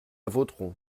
voterons